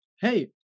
Hey